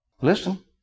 listen